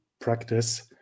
practice